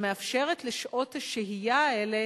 שמאפשרת לשעות השהייה האלה